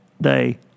day